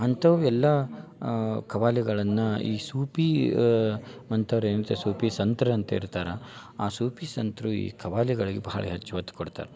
ಅಂಥವು ಎಲ್ಲ ಖವಾಲಿಗಳನ್ನ ಈ ಸೂಫಿ ಅಂಥವ್ರು ಏನು ಸಾ ಸೂಫಿ ಸಂತ್ರು ಅಂತ ಇರ್ತಾರೆ ಆ ಸೂಫಿ ಸಂತರು ಈ ಖವಾಲಿಗಳಗೆ ಬಹಳ ಹೆಚ್ಚು ಒತ್ತು ಕೊಡ್ತಾರೆ